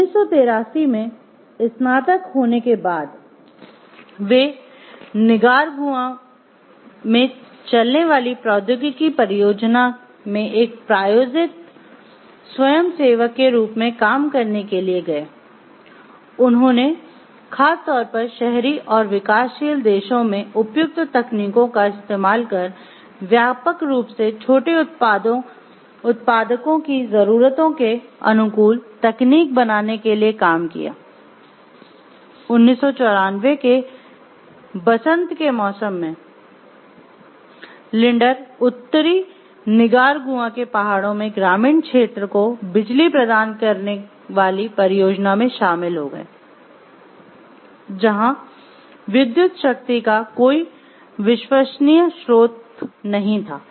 1983 में स्नातक होने के बाद वे निकारागुआ उत्तरी निकारागुआ के पहाड़ों में ग्रामीण क्षेत्र को बिजली प्रदान करने वाली परियोजना में शामिल हो गए जहां विद्युत शक्ति का कोई विश्वसनीय स्रोत नहीं था